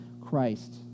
Christ